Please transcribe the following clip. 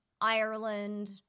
Ireland